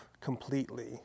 completely